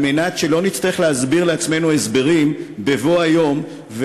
כדי שלא נצטרך להסביר לעצמנו הסברים בבוא היום,